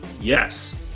Yes